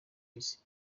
isi